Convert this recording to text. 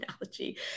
analogy